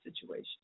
situation